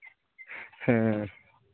ᱦᱮᱸ